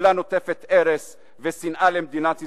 כולה נוטפת ארס ושנאה למדינת ישראל,